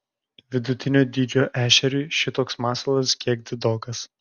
vidutinio dydžio ešeriui šitoks masalas kiek didokas